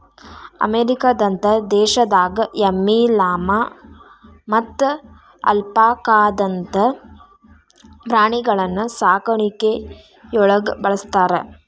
ಅಮೇರಿಕದಂತ ದೇಶದಾಗ ಎಮ್ಮಿ, ಲಾಮಾ ಮತ್ತ ಅಲ್ಪಾಕಾದಂತ ಪ್ರಾಣಿಗಳನ್ನ ಸಾಕಾಣಿಕೆಯೊಳಗ ಬಳಸ್ತಾರ